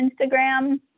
Instagram